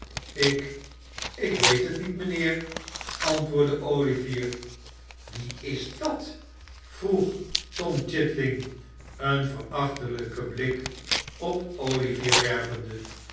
ik ik weet het niet mijnheer antwoordde olivier wie is dat vroeg toni chitling een verachtelijken blik op